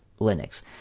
Linux